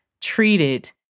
treated